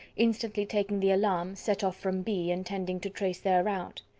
instantly taking the alarm, set off from b. intending to trace their route.